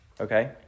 okay